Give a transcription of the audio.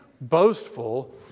boastful